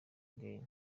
again